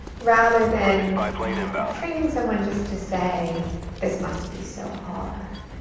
rather than um training someone just to say this must be so hard.